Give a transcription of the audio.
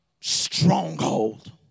stronghold